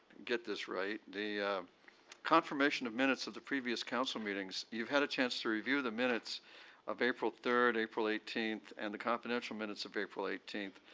get this right. the confirmation of minutes of the previous council meetings, you've had a chance to review the minutes of april third, april eighteenth and the confidential minutes of april eighteenth.